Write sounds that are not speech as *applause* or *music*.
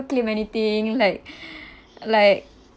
claim anything like *breath* like